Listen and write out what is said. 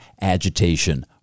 agitation